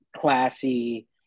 classy